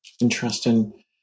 Interesting